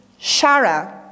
shara